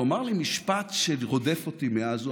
והוא אמר לי משפט שרודף אותי מאז.